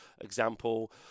Example